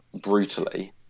brutally